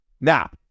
Now